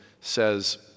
says